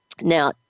Now